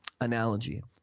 analogy